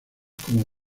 como